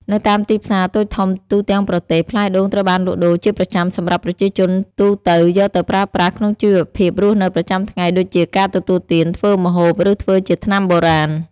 នៅតាមទីផ្សារតូចធំទូទាំងប្រទេស ផ្លែដូងត្រូវបានលក់ដូរជាប្រចាំសម្រាប់ប្រជាជនទូទៅយកទៅប្រើប្រាស់ក្នុងជីវភាពរស់នៅប្រចាំថ្ងៃដូចជា ការទទួលទាន ធ្វើម្ហូប ឬធ្វើជាថ្នាំបុរាណ។